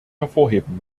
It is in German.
hervorheben